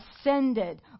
ascended